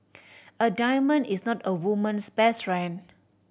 a diamond is not a woman's best friend